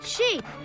Sheep